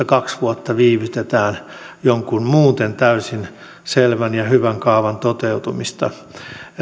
kaksi vuotta viivytetään jonkun muuten täysin selvän ja hyvän kaavan toteutumista